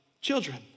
children